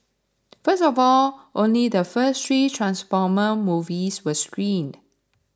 first of all only the first three Transformer movies were screened